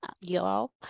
y'all